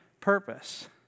purpose